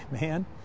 man